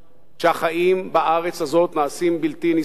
שהחיים בארץ הזאת נעשים בלתי נסבלים.